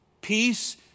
Peace